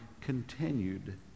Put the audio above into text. continued